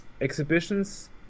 exhibitions